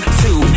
two